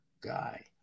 guy